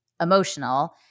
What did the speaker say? emotional